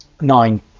Nine